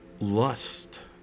lust